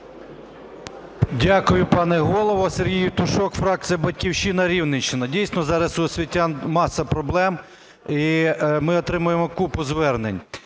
Дякую, пане Голово. Сергій Євтушок, фракція "Батьківщина", Рівненщина. Дійсно, зараз у освітян маса проблем і ми отримуємо купу звернень.